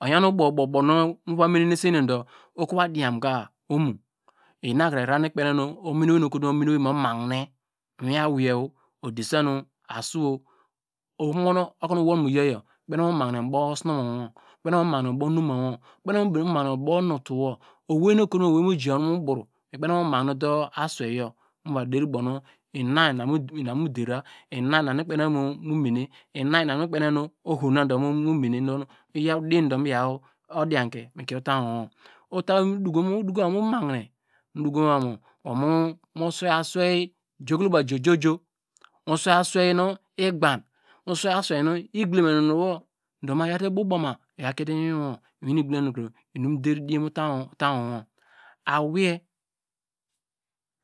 Oyan ubow ubow nu ova mene nu esen yor okova dian ka omu inakre irara nu ikpen okonu omino we nu ekotum ominowei mu mahine mu iwin aweii odisan nu asu okonu owolmu yayor ikpen okonu mu mahine mu bow osinumowo mu mahine mu ubow onumawo mu mahine mu obow unutuwo owe nu ekotum owwi nu wo mu ia mu bro ikpen okonu mu mahine nude asuue yor ina inamu dera ina ima nu ikpen okomu mene ina inu oho na do mu mene donu odin donu mi yaw odianke mikiye utany wowo udoko mo umahine mu sue aswei jokoloba joe joe joe mu swei aswe nu igba mu swei aswei nu igblom hine nu wo, ma oyaw te ubu boma oya kie te imin mo awei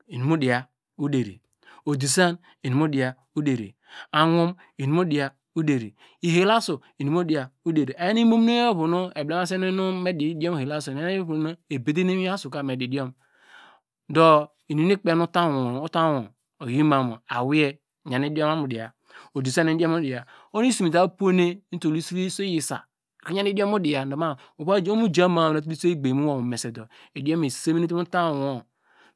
inum mu diya oderi odisan inum mu diya oderi awum inum mu diya odiya oderi ihelasm inum mu diya oderi eyan imominewel evonu eblemasenu me di diom ihelasu ebedeam ivom asu ka me didiom do inum nu ikpen utam awo oyi mamu awei yan idiom mu diya odisan yan idiom mu diya ohonu isi mita phene mitul iso iyisa okro uan idiom mu diya do ma oho mu jama a mutatul iso egnany nu mu mese do idiom mu yor iseminite mu otamu wowo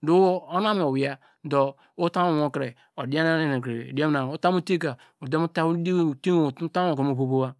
do ohonu awei mu weiyu utamu owowo kre odian na hinete nu idiom na muta mu utiua ka tunu utam wowo kre mu vovowa.